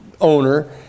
owner